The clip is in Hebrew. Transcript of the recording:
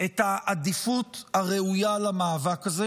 את העדיפות הראויה למאבק הזה,